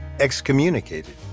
excommunicated